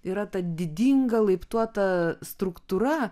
yra ta didinga laiptuota struktūra